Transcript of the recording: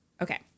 okay